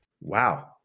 Wow